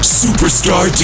superstar